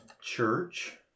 church